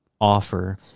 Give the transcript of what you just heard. offer